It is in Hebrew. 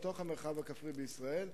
במרחב הכפרי בישראל,